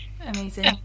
Amazing